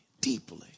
deeply